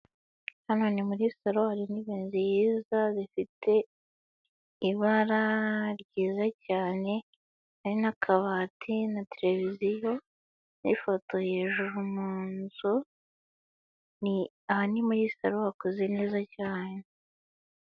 Hano ni muri saro hari n'ibindi byiza bifite ibara ryiza cyane, hari n'akabati na televiziyo, n'ifoto hejuru munzu aha ni muri salo hakoze neza cyane.